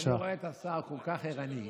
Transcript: אני רואה את השר, כל כך ערני.